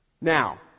Now